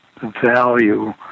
value